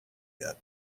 yet